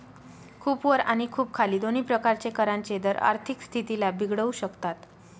खूप वर आणि खूप खाली दोन्ही प्रकारचे करांचे दर आर्थिक स्थितीला बिघडवू शकतात